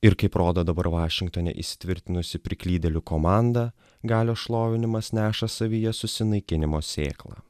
ir kaip rodo dabar vašingtone įsitvirtinusi priklydėlių komanda galios šlovinimas neša savyje susinaikinimo sėklą